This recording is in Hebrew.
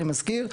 אני מזכיר,